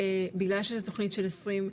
ובגלל שזה תוכנית של 20,